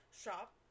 shop